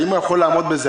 האם הוא יכול לעמוד בזה?